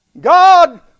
God